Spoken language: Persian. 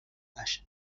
وحش